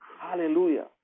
Hallelujah